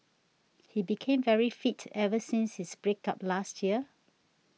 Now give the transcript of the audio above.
he became very fit ever since his break up last year